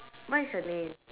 what is the name